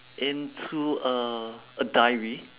into a a diary